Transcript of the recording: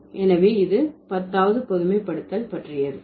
எனவே இது பத்தாவது பொதுமைப்படுத்தல் பற்றியது